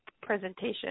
presentation